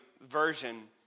version